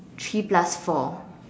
three plus four